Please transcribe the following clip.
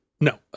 no